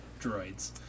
droids